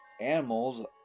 animals